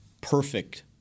perfect